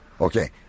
Okay